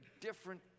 different